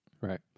Right